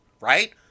right